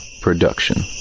Production